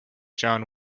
judge